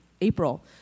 April